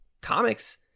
comics